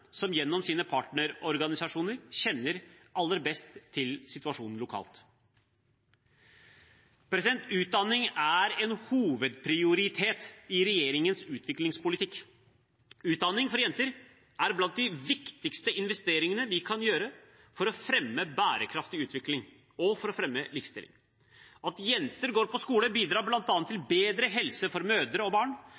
som gjennom sine partnerorganisasjoner kjenner aller best til situasjonen lokalt. Utdanning er en hovedprioritet i regjeringens utviklingspolitikk. Utdanning for jenter er blant de viktigste investeringene vi kan gjøre for å fremme bærekraftig utvikling og for å fremme likestilling. At jenter går på skole bidrar bl.a. til